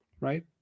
Right